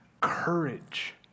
courage